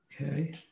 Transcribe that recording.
Okay